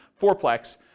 fourplex